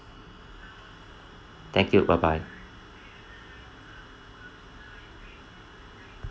thank you bye bye